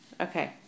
Okay